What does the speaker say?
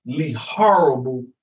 horrible